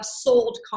sold